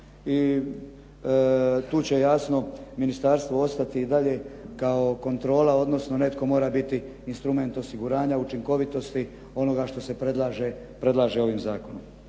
I tu će jasno ministarstvo ostati i dalje kao kontrola, odnosno netko mora biti instrument osiguranja, učinkovitosti onoga što se predlaže ovim zakonom.